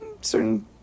certain